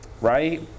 right